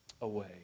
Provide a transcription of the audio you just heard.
away